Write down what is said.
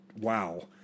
Wow